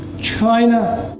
china